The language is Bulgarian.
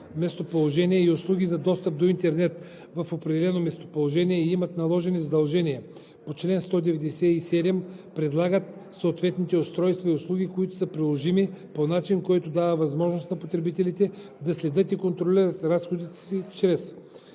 местоположение и услуги за достъп до интернет в определено местоположение и имат наложени задължения по чл. 197, предлагат съответните устройства и услуги, когато са приложими, по начин, който дава възможност на потребителите да следят и контролират разходите си чрез:“;